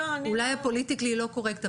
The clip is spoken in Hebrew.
אולי פוליטיקלי לא קורקט.